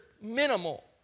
minimal